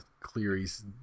Cleary's